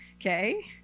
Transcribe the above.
Okay